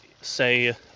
say